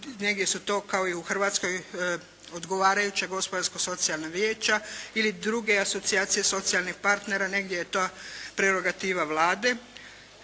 negdje su to kao i u Hrvatskoj odgovarajuća gospodarsko-socijalna vijeća ili druge asocijacije socijalnih partnera. Negdje je to prerogativa Vlade.